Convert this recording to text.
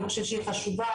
אני חושבת שהיא חשובה,